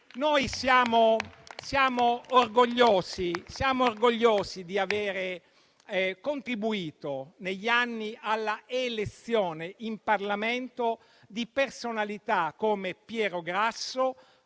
Noi siamo orgogliosi di aver contribuito negli anni all'elezione in Parlamento di personalità come Pietro Grasso